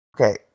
Okay